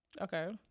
Okay